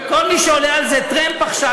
כל מי שעולה על זה טרמפ עכשיו,